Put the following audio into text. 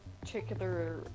particular